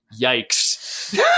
Yikes